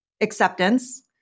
acceptance